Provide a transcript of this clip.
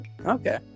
okay